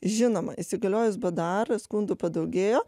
žinoma įsigaliojus bdar skundų padaugėjo